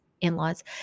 in-laws